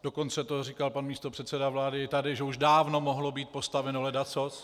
Dokonce to říkal pan místopředseda vlády i tady, že už dávno mohlo být postaveno ledacos.